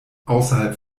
außerhalb